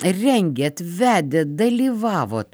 rengėt vedėt dalyvavot